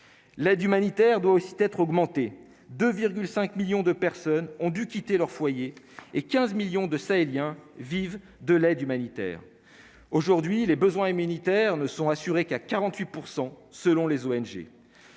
l'aide humanitaire doit aussi d'être augmenté 2 5 millions de personnes ont dû quitter leur foyer et 15 millions de sahéliens vivent de l'aide humanitaire aujourd'hui les besoins humanitaires ne sont assurés qu'à 48 % selon les ONG,